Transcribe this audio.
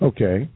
Okay